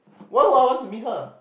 why would I want to meet her